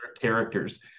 characters